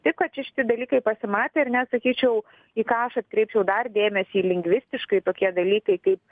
taip kad čia šiti dalykai pasimatė ir net sakyčiau į ką aš atkreipčiau dar dėmesį lingvistiškai tokie dalykai kaip